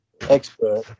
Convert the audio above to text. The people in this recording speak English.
expert